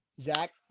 Zach